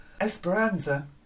Esperanza